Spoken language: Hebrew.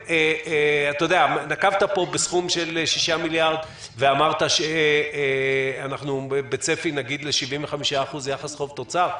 נקבת פה בסכום של 6 מיליארד ואמרת שאנחנו בצפי ל-75% יחס חוב-תוצר.